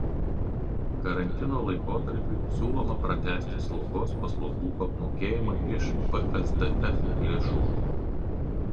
karantino laikotarpiui siūloma pratęsti slaugos paslaugų apmokėjimą iš psdf lėšų